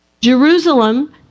Jerusalem